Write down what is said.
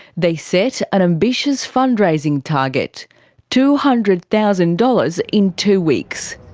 they set an ambitious fundraising target two hundred thousand dollars in two weeks.